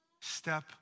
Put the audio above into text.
step